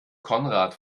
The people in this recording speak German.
konrad